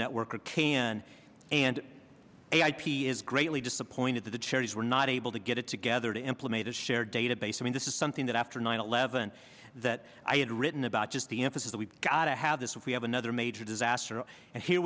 now worker can and ip is greatly disappointed that the charities were not able to get it together to implement a shared database i mean this is something that after nine eleven that i had written about just the emphasis we've gotta have this we have another major disaster and here